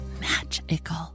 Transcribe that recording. magical